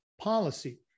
policy